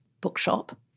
bookshop